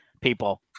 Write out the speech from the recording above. people